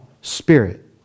spirit